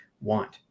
want